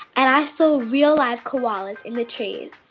and i saw real-life koalas in the trees.